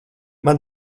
man